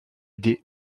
des